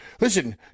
listen